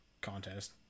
contest